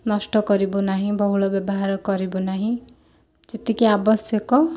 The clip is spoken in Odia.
ନଷ୍ଟ କରିବୁ ନାହିଁ ବହୁଳ ବ୍ୟବହାର କରିବୁ ନାହିଁ ଯେତିକି ଆବଶ୍ୟକ